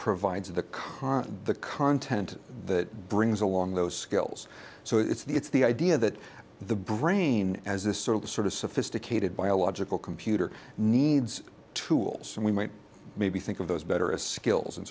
provides the current the content that brings along those skills so it's the idea that the brain as a sort of the sort of sophisticated biological computer needs tools and we might maybe think of those better as skills and